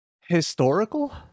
Historical